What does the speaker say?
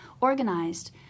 organized